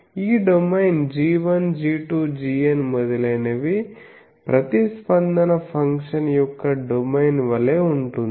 ఈ domain g1 g2 gn మొదలైనవి ప్రతిస్పందన ఫంక్షన్ యొక్క డొమైన్ వలె ఉంటుంది